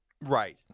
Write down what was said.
Right